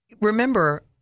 Remember